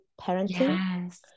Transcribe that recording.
parenting